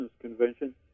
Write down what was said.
convention